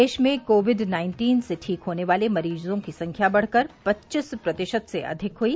देश में COVID nineteen से ठीक होने वाले मरीजों की संख्या बढ़कर पच्चीस प्रतिशत से अधिक हुई